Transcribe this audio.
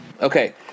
Okay